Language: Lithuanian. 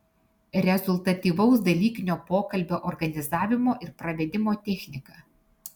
rezultatyvaus dalykinio pokalbio organizavimo ir pravedimo technika